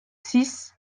six